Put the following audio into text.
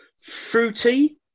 fruity